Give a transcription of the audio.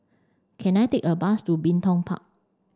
can I take a bus to Bin Tong Park